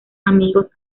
amigos